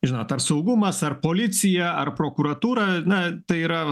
žinot ar saugumas ar policija ar prokuratūra na tai yra